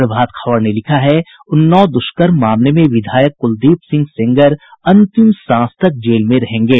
प्रभात खबर ने लिखा है उन्नाव दुष्कर्म मामले में विधायक कुलदीप सिंह सेंगर अंतिम सांस तक जेल में रहेंगे